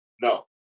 no